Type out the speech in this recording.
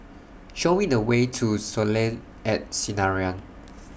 Show We The Way to Soleil At Sinaran